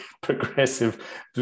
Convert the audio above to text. progressive